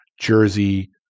jersey